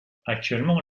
actuellement